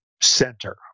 center